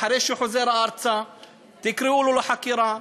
אחרי שהוא חוזר ארצה תקראו לו לחקירה,